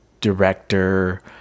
director